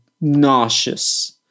nauseous